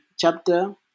Chapter